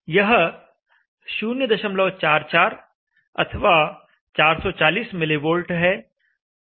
यह 044 अथवा 440 mV है जो हमने कहा है